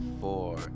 four